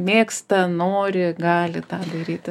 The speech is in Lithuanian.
mėgsta nori gali tą daryti